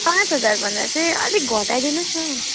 पाँच हजारभन्दा चाहिँ अलिक घटाइ दिनुहोस् न हौ